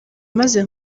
maze